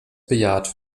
bejaht